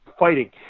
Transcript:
fighting